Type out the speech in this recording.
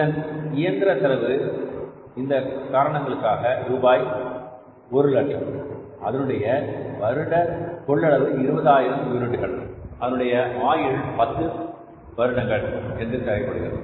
இதன் இயந்திர செலவு இந்த காரணத்திற்காக ரூபாய் ஒரு லட்சம் அதனுடைய வருட கொள்ளளவு 20000 யூனிட்டுகள் அதனுடைய ஆயுள் பத்து வருடங்கள் என்று தேவைப்படுகிறது